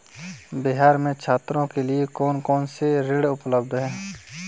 बिहार में छात्रों के लिए कौन कौन से ऋण उपलब्ध हैं?